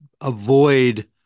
avoid